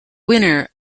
winner